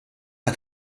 hat